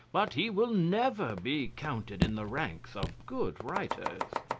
but he will never be counted in the ranks of good writers.